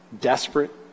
Desperate